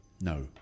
no